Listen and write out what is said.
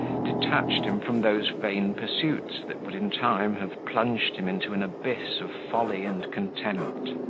detached him from those vain pursuits that would in time have plunged him into an abyss of folly and contempt.